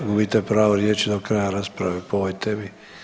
Gubite pravo riječi do kraja rasprave po ovoj temi.